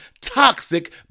Toxic